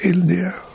India